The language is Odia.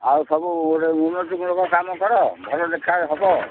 ଆଉ ସବୁ ଗୋଟେ ଉନ୍ନତିମୂଳକ କାମ କର ଭଲ ଦେଖା ହବ